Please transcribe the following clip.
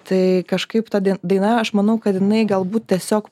tai kažkaip ta dai daina aš manau kad jinai galbūt tiesiog